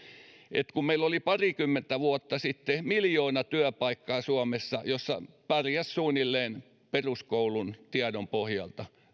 että meillä oli parikymmentä vuotta sitten suomessa miljoona työpaikkaa joissa pärjäsi suunnilleen peruskoulun tiedon pohjalta niin